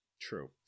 True